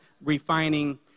refining